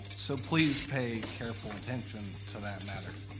so please pay careful attention to that matter.